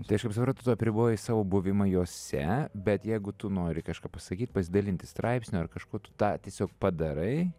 tai aš kaip supratu tu apribojai savo buvimą jose bet jeigu tu nori kažką pasakyt pasidalinti straipsniu ar kažkuo tu tą tiesiog padarai